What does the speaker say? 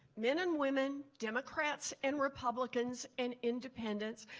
men and women, democrats and republicans and independents,